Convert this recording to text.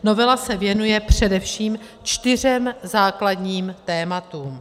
Novela se věnuje především čtyřem základním tématům.